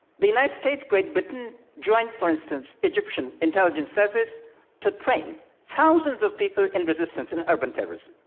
the united states, great britain, joined for instance, egyptian intelligence service to train thousands of people in resistance and urban terrorism.